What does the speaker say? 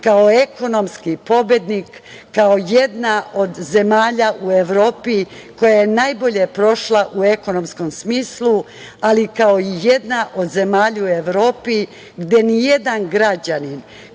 kao ekonomski pobednik, kao jedna od zemljama u Evropi koja je najbolje prošla u ekonomskom smislu, ali i kao jedna od zemalja u Evropi gde ni jedan građanin